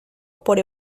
por